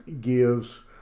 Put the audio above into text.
gives